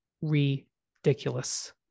ridiculous